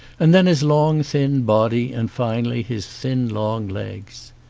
and then his long thin body and finally his thin long legs.